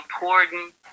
important